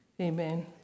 Amen